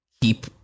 keep